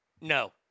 No